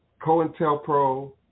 COINTELPRO